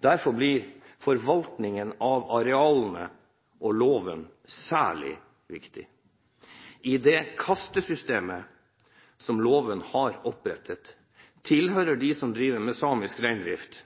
Derfor blir forvaltningen av arealene og loven særlig viktig. I det kastesystemet som loven har opprettet, tilhører de som driver med samisk reindrift,